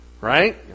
Right